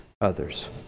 others